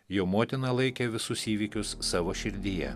jo motina laikė visus įvykius savo širdyje